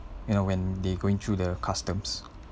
you know when they going through the customs